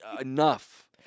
enough